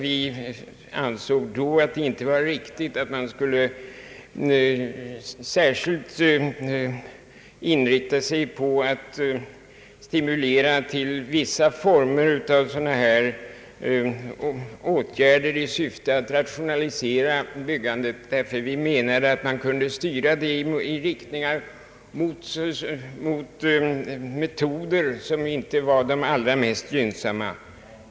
Vi ansåg då att det inte var riktigt att man särskilt skulle inrikta sig på att stimulera till vissa former av dylika åtgärder i syfte att rationalisera byggandet. Enligt vår mening kunde det nämligen då bli fråga om styrning i riktning mot metoder som inte vore de allra mest gynnsamma.